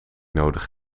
nodig